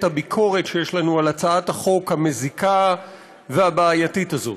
הביקורת שיש לנו על הצעת החוק המזיקה והבעייתית הזאת.